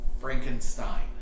Frankenstein